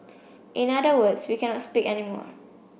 in other words we cannot speak any more